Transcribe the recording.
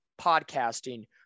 podcasting